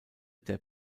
der